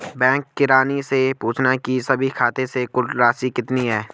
bank किरानी से पूछना की सभी खाते से कुल राशि कितनी है